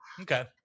Okay